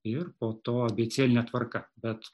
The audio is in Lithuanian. ir po to abėcėline tvarka bet